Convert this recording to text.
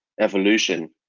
evolution